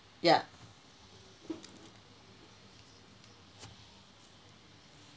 ya